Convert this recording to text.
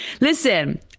listen